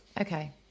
Okay